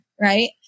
right